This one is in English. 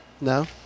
No